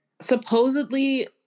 supposedly